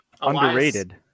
Underrated